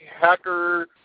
hacker